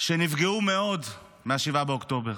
שנפגעו מאוד מ-7 באוקטובר,